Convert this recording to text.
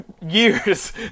years